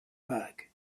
bag